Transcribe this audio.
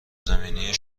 زمینی